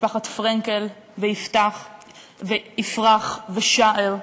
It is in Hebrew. משפחת פרנקל ויפרח ושער,